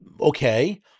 Okay